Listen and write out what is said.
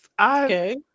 Okay